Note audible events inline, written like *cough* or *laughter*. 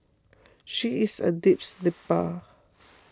she is a deep *noise* sleeper